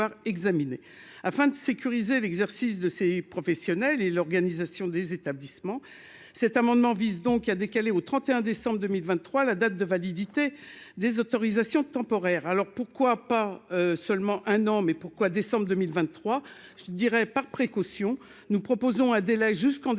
afin de sécuriser l'exercice de ces professionnels et l'organisation des établissements, cet amendement vise donc il a décalé au 31 décembre 2023 la date de validité des autorisations temporaires, alors pourquoi pas seulement un an, mais pourquoi décembre 2023, je dirais, par précaution, nous proposons un délai jusqu'en décembre